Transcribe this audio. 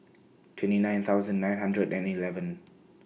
twenty nine thousand nine hundred and eleven